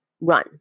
run